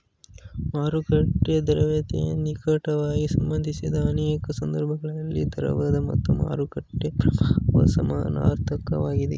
ಮಾರುಕಟ್ಟೆಯ ದ್ರವ್ಯತೆಗೆ ನಿಕಟವಾಗಿ ಸಂಬಂಧಿಸಿದ ಅನೇಕ ಸಂದರ್ಭದಲ್ಲಿ ದ್ರವತೆ ಮತ್ತು ಮಾರುಕಟ್ಟೆ ಪ್ರಭಾವ ಸಮನಾರ್ಥಕ ವಾಗಿದೆ